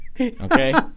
Okay